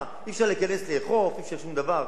ואי-אפשר להיכנס לאכוף ואי-אפשר שום דבר.